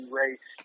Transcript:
race